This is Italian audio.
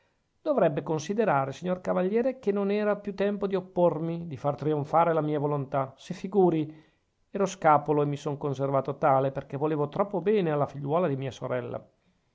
dovrebbe considerare signor cavaliere che non era più tempo di oppormi di far trionfare la mia volontà si figuri ero scapolo e mi son conservato tale perchè volevo troppo bene alla figliuola di mia sorella